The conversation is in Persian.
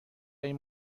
این